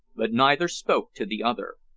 but neither spoke to the other.